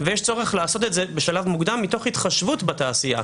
ויש צורך לעשות את זה בשלב מוקדם מתוך התחשבות בתעשייה,